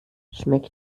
schmeckt